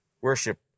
Worship